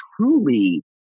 truly